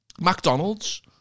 mcdonald's